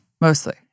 mostly